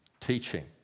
teaching